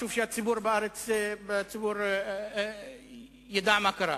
חשוב שהציבור בארץ ידע מה קרה.